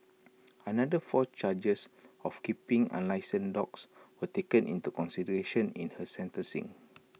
another four charges of keeping unlicensed dogs were taken into consideration in her sentencing